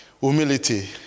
Humility